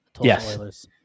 Yes